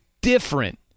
different